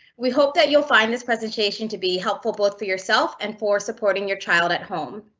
we hope that you'll find this presentation to be helpful both for yourself and for supporting your child at home.